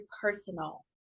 personal